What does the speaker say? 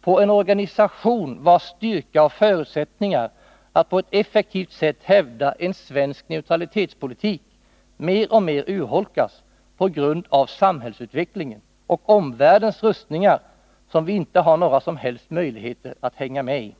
på en organisation vars styrka och förutsättningar att på ett effektivt sätt hävda en svensk neutralitetspolitik mer och mer urholkas på grund av samhällsutvecklingen och omvärldens rustningar, som vi inte har några som helst möjligheter att hänga med i.